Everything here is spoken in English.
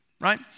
Right